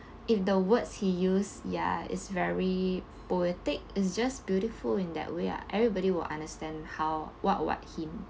if the words he used ya is very poetic it's just beautiful in that way ah everybody will understand how what what him